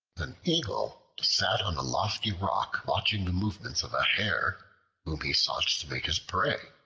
an eagle sat on a lofty rock, watching the movements of a hare whom he sought to make his prey.